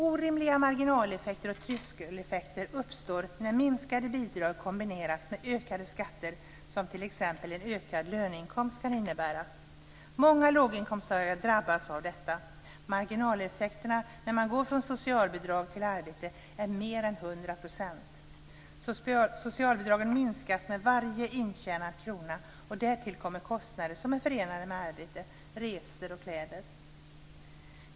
Orimliga marginaleffekter och tröskeleffekter uppstår när minskade bidrag kombineras med ökade skatter, som t.ex. en ökad löneinkomst kan innebära. Många låginkomsttagare drabbas av detta. Marginaleffekten när man går från socialbidrag till arbete är mer än hundra procent. Socialbidraget minskas med varje intjänad krona. Därtill kommer kostnader som är förenade med arbete: resor och kläder.